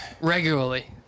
Regularly